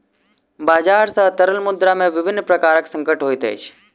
बजार सॅ तरल मुद्रा में विभिन्न प्रकारक संकट होइत अछि